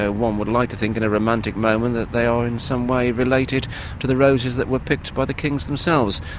ah one would like to think in a romantic moment that they are in some way related to the roses that were picked by the kings themselves,